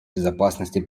безопасности